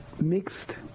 mixed